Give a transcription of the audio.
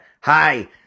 hi